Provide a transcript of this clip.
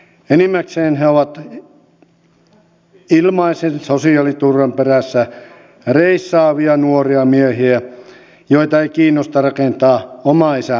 enimmäkseen he ovat ilmaisen sosiaaliturvan perässä reissaavia nuoria miehiä joita ei kiinnosta rakentaa omaa isänmaataan